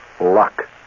Luck